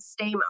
Stamos